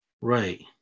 Right